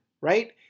right